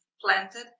planted